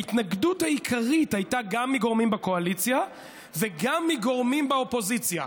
ההתנגדות העיקרית הייתה גם מגורמים בקואליציה וגם מגורמים באופוזיציה.